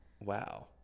Wow